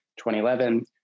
2011